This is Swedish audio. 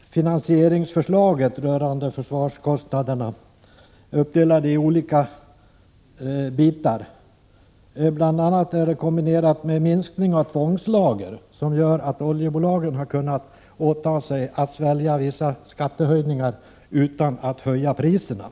finansieringsförslaget rörande försvarskostnaderna är uppdelat i olika bitar. Bl. a. är det kombine 120 rat med en minskning av antalet tvångslager, vilket gör att oljebolagen har kunnat åta sig att svälja vissa skattehöjningar utan att höja priserna.